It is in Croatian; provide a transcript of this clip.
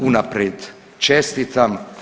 Unaprijed čestitam.